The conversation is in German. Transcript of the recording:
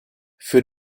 für